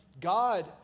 God